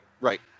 Right